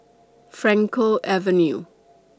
Frankel Avenue